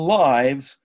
lives